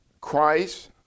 Christ